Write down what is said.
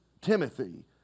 Timothy